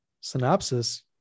Synopsis